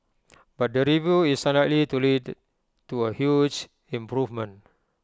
but the review is unlikely to lead to A huge improvement